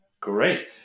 Great